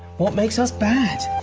what makes us bad?